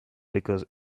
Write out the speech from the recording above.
because